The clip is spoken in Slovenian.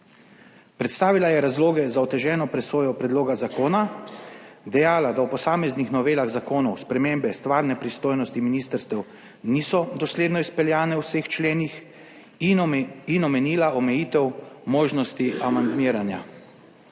Predstavila je razloge za oteženo presojo predloga zakona, dejala, da v posameznih novelah zakonov spremembe stvarne pristojnosti ministrstev niso dosledno izpeljane v vseh členih in omenila omejitev možnosti amandmiranja.